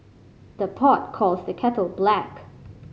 the pot calls the kettle black